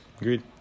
agreed